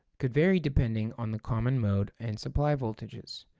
could vary depending on the common mode and supply voltages.